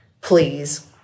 Please